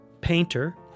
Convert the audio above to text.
painter